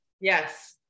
Yes